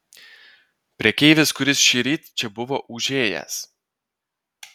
prekeivis kuris šįryt čia buvo užėjęs